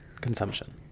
consumption